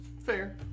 Fair